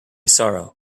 sorrow